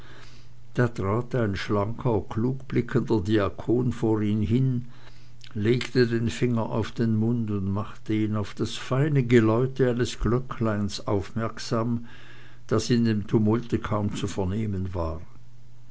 ein schlanker klug blickender diakon vor ihn hin legte den finger auf den mund und machte ihn auf das feine geläute eines glöckleins aufmerksam das in dem tumulte kaum zu vernehmen war